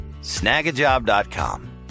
Snagajob.com